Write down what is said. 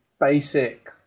basic